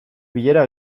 bilera